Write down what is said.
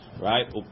right